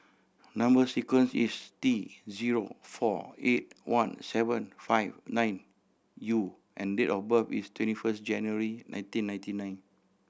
number sequence is T zero four eight one seven five nine U and date of birth is twenty first January nineteen ninety nine